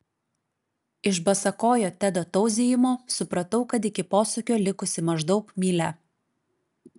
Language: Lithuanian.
iš basakojo tedo tauzijimo supratau kad iki posūkio likusi maždaug mylia